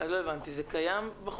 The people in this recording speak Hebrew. לא הבנתי, זה קיים בחוק